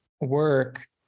work